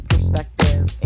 perspective